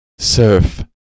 surf